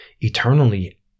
eternally